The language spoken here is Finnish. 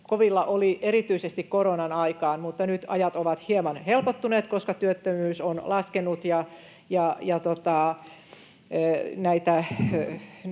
kovilla oli erityisesti koronan aikaan, mutta nyt ajat ovat hieman helpottaneet, koska työttömyys on laskenut